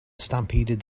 stampeded